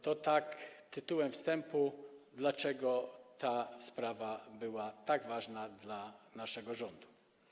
To tak tytułem wstępu, dlaczego ta sprawa była tak ważna dla naszego rządu.